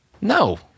No